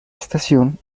estación